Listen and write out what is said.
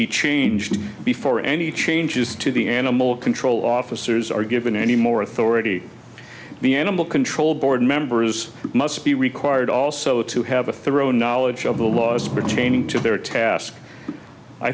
be changed before any changes to the animal control officers are given any more authority the animal control board members must be required also to have a thorough knowledge of the laws pertaining to their task i